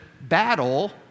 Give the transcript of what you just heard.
battle